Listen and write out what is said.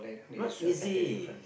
not easy